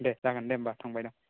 दे जागोन दे होमब्ला थांबायदों